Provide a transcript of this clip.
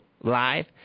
live